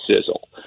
sizzle